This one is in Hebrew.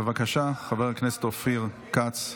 בבקשה, חבר הכנסת אופיר כץ.